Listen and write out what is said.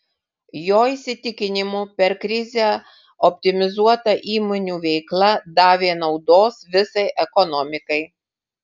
jo įsitikinimu per krizę optimizuota įmonių veikla davė naudos visai ekonomikai